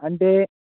అంటే